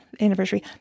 anniversary